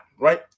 Right